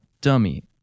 dummy